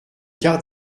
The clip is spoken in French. quart